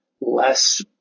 less